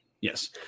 yes